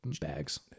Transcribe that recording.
bags